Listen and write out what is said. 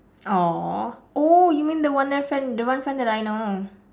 !aww! oh you mean the one that friend the one friend that I know